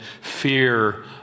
fear